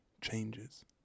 changes